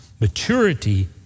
Maturity